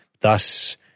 Thus